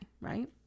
right